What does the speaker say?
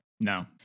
No